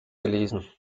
gelesen